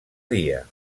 dia